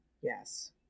Yes